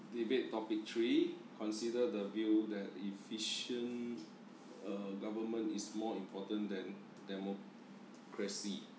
debate topic three consider the view that efficient uh government is more important than democracy